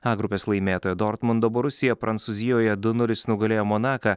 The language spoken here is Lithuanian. a grupės laimėtoja dortmundo borusija prancūzijoje du nulis nugalėjo monaką